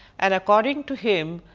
and according to him,